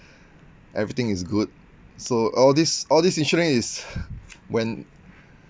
everything is good so all these all these insurance is when